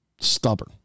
stubborn